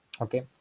Okay